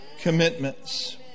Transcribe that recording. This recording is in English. commitments